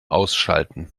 ausschalten